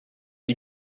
die